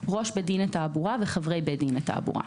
ראש בית דין לתעבורה וחברי בית דין לתעבורה.